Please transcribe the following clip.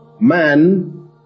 Man